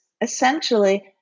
essentially